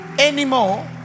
Anymore